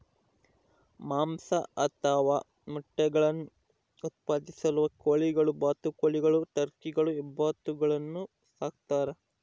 ಮಾಂಸ ಅಥವಾ ಮೊಟ್ಟೆಗುಳ್ನ ಉತ್ಪಾದಿಸಲು ಕೋಳಿಗಳು ಬಾತುಕೋಳಿಗಳು ಟರ್ಕಿಗಳು ಹೆಬ್ಬಾತುಗಳನ್ನು ಸಾಕ್ತಾರ